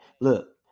Look